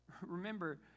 Remember